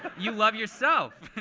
you love yourself.